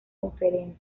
conferencia